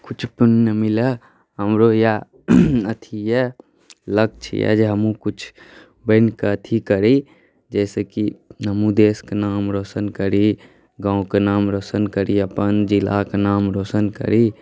कुछ पुण्य मिलय हमरो इएह अथी यए लक्ष्य यए जे हमहूँ कुछ बनि कऽ अथी करी जाहिसँ कि हमहूँ देशके नाम रौशन करी गाँवके नाम रौशन करी अपन जिलाके नाम रौशन करी